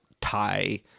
Thai